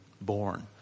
born